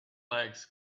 legs